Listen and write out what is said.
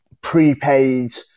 prepaid